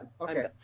okay